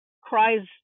cries